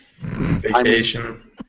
Vacation